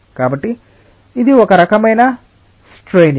కాబట్టి ఇది ఒక రకమైన స్ట్రైనింగ్